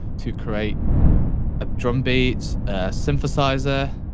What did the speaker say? to create a drumbeat, a synthesiser,